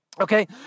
okay